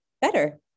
better